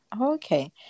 okay